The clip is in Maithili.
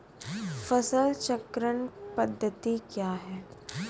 फसल चक्रण पद्धति क्या हैं?